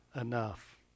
enough